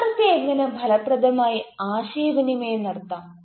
വികാരത്തെ എങ്ങനെ ഫലപ്രദമായി ആശയവിനിമയം നടത്താം